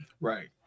Right